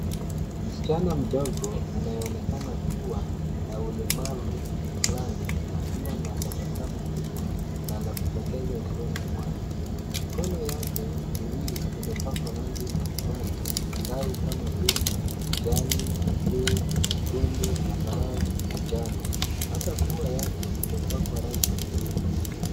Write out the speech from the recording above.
Msichana mdogo anayeonekana kua na ulemavu flani akiwa na tabasamu kubwa na la kupendeza usoni mwake mikono yake miwili imepakwa rangi mbalimbali angavu kama vile kijani, buluu, nyekundu, zambarau, manjano hata pua yake imepakwa rangi kidogo.